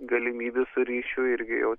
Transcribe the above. galimybės su ryšiu irgi jau